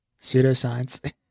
Pseudoscience